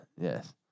Yes